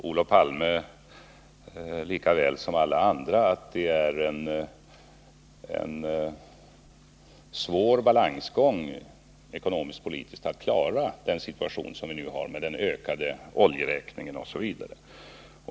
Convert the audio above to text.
Olof Palme vet lika väl som alla andra att det är en svår ekonomisk-politisk balansgång att klara den nuvarande situationen med bl.a. den större oljeräkningen.